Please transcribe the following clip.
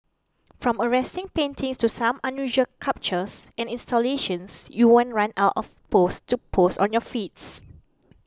from arresting paintings to some unusual sculptures and installations you won't run out of to post on your feeds